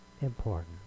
important